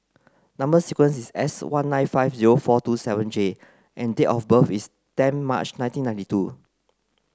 number sequence is S one nine five zero four two seven J and date of birth is ten March nineteen ninety two